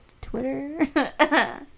Twitter